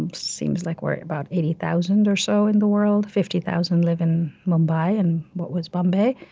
um seems like we're about eighty thousand or so in the world. fifty thousand live in mumbai, in what was bombay,